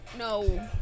No